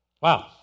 Wow